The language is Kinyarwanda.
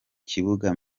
kibuga